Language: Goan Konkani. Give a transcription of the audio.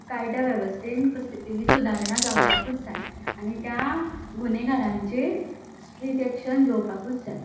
कायदा वेवस्थेन कसलीय सुदारणा जावपाकूच जाय आनी त्या गुन्हेगारांचेर स्ट्रीक एक्शन घेवपाकूच जाय